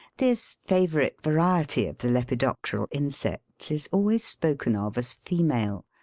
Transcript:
this favourite variety of the lepidopteral insects is always spoken of as female.